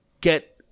get